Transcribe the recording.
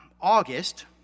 August